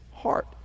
heart